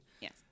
Yes